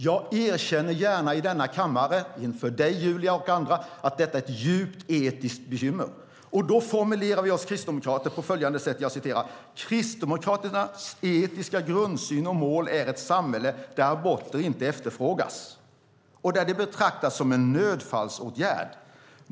Jag erkänner gärna i denna kammare, inför dig, Julia, och andra, att detta är ett djupt etiskt bekymmer. Vi kristdemokrater formulerar oss på följande sätt: Kristdemokraternas etiska grundsyn och mål är ett samhälle där aborter inte efterfrågas och där de betraktas som en nödfallsåtgärd.